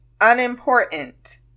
unimportant